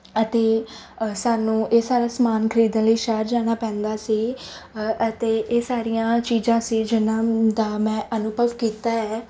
ਅਤੇ ਸਾਨੂੰ ਇਹ ਸਾਰਾ ਸਮਾਨ ਖਰੀਦਣ ਲਈ ਸ਼ਹਿਰ ਜਾਣਾ ਪੈਂਦਾ ਸੀ ਅਤੇ ਇਹ ਸਾਰੀਆਂ ਚੀਜ਼ਾਂ ਸੀ ਜਿਨ੍ਹਾਂ ਦਾ ਮੈਂ ਅਨੁਭਵ ਕੀਤਾ ਹੈ